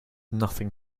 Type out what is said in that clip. nothing